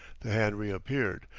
the hand reappeared,